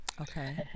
Okay